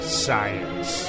science